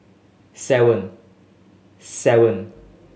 seven seven